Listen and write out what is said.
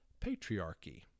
Patriarchy